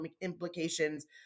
implications